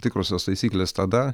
tikrosios taisyklės tada